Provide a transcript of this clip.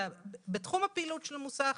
בתחום הפעילות של המוסך,